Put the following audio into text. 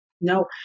No